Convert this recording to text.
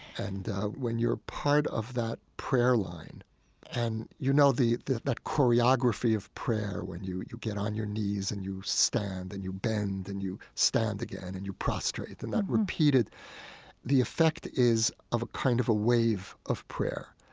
and when you're part of that prayer line and you know that that choreography of prayer when you you get on your knees and you stand and you bend and you stand again and you prostrate and that repeated the effect is of a kind of a wave of prayer.